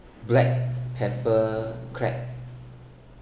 black pepper crab